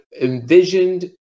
envisioned